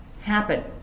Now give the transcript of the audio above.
happen